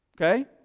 okay